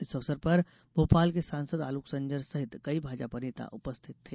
इस अवसर पर भोपाल के सांसद आलोक संजर सहित कई भाजपा नेता उपस्थित थे